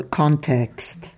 context